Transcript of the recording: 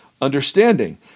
understanding